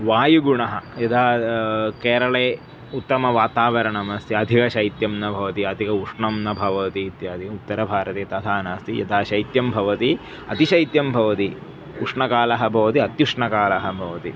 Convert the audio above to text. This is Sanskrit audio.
वायुगुणः यदा केरले उत्तमवातावरणमस्ति अधिकशैत्यं न भवति अधिक उष्णं न भवति इत्यादि उत्तरभारते तथा नास्ति यदा शैत्यं भवति अतिशैत्यं भवति उष्णकालः भवति अत्युष्णकालः भवति